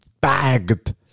bagged